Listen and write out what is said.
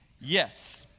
Yes